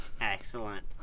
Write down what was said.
Excellent